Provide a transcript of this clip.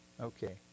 Okay